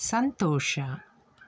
ಸಂತೋಷ